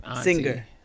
singer